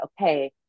okay